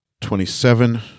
twenty-seven